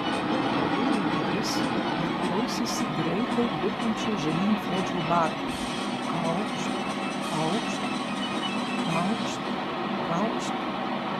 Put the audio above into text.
pravėrė duris ir klausėsi greitai lipančio žemyn fredžio batų kaukšt kaukšt kaukšt kaukšt